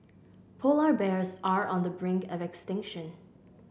polar bears are on the brink of extinction